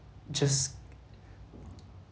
just